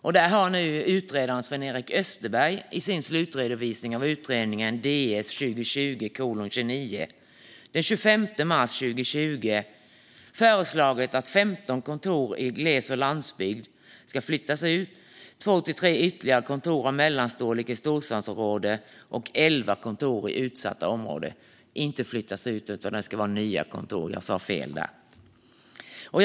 Nu har utredaren Sven-Erik Österberg i sin slutredovisning av utredningen DS 2020:29 den 25 mars 2020 föreslagit 15 nya kontor i gles och landsbygd, 2-3 ytterligare kontor av mellanstorlek i storstadsområden och 11 kontor i utsatta områden. Detta handlar alltså inte om utflyttningar utan om nya kontor.